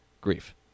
grief